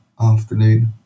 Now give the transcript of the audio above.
afternoon